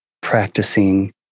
practicing